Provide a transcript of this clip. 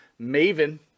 Maven